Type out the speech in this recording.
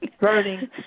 burning